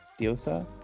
Diosa